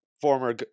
former